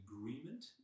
agreement